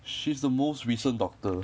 she's the most recent doctor